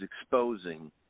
exposing